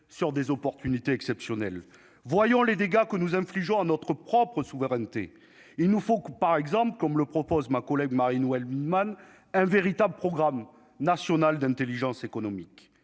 sur des opportunités exceptionnelles, voyons les dégâts que nous infligeons à notre propre souveraineté, il nous faut que par exemple, comme le propose ma collègue Marine Waldman, un véritable programme national d'Intelligence économique